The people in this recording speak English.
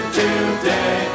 today